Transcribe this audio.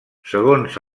segons